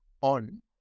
on